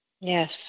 Yes